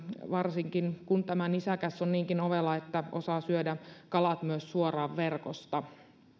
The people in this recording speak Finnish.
varsinkin kun tämä nisäkäs on niinkin ovela että osaa syödä kalat myös suoraan verkosta